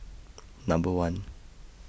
Number one